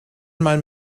man